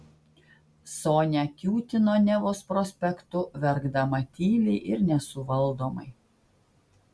sonia kiūtino nevos prospektu verkdama tyliai ir nesuvaldomai